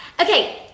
okay